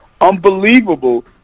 unbelievable